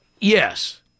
Yes